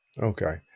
Okay